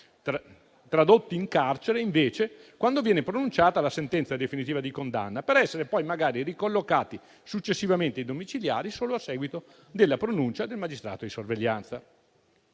tradotti in carcere invece quando viene pronunciata la sentenza definitiva di condanna, per essere poi magari ricollocati successivamente ai domiciliari solo a seguito della pronuncia del magistrato di sorveglianza.